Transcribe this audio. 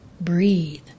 breathe